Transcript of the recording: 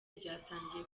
ryatangiye